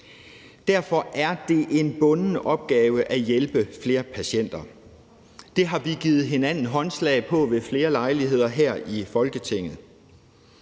Derfor er det en bunden opgave at hjælpe flere patienter. Det har vi givet hinanden håndslag på ved flere lejligheder her i Folketinget.